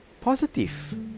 positive